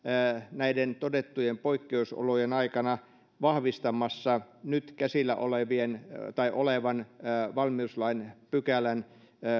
näiden todettujen poikkeusolojen aikana vahvistamassa nyt käsillä olevan valmiuslain pykälän